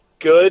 good